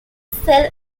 cell